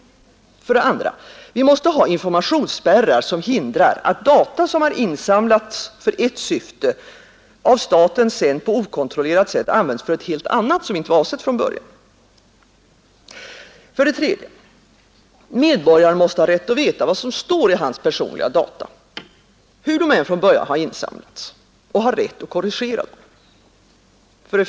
2. Vi måste ha informationsspärrar som hindrar att data som har insamlats för ett syfte av staten på okontrollerat sätt används för ett helt annat syfte, som inte var avsett från början. 3. Medborgaren måste ha rätt att veta vad som stär i hans personliga data, hur de än från början har insamlats, och ha rätt att korrigera dem.